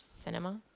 Cinema